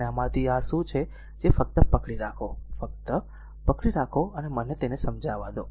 અને આમાંથી આ r શું છે જે ફક્ત પકડી રાખો ફક્ત પકડી રાખો મને તેને સમજાવા દો